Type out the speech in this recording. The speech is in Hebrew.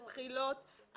על בחילות,